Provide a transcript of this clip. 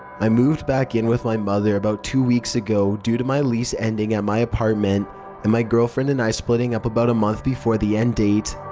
i moved back in with my mother about two weeks ago due to my lease ending at my apartment and my girlfriend and i splitting up about a month before the end date.